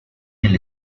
del